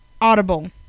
Audible